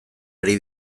ari